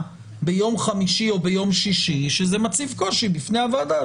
ביום חמישי או ביום שישי שזה מציב קושי בפני הוועדה.